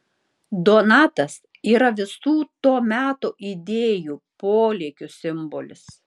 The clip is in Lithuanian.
donatas yra visų to meto idėjų polėkių simbolis